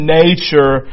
nature